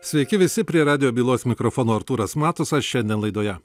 sveiki visi prie radijo bylos mikrofono artūras matusas šiandien laidoje